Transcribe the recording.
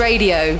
Radio